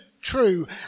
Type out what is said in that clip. true